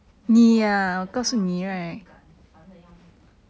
你耳朵你耳朵这么敏感烦到要命